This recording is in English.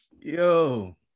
Yo